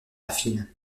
affine